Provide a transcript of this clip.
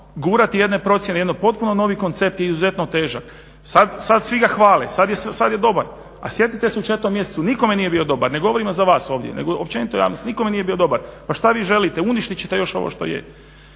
gurati jedne procjene, jedan potpuno novi koncept i izuzetno težak. Sad svi ga hvale, sad je dobar a sjetite se u 4. mjesecu nikome nije bio dobar. Ne govorimo za vas ovdje nego općenito javnost. Nikome nije bio dobar. Pa što vi želite? Uništit ćete još ovo što je.